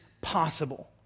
possible